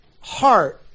heart